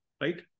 right